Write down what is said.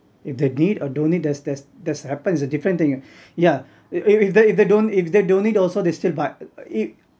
if they need or don't need that's that's that's happened it's a different thing yeah if if if they don't if they don't need also they still buy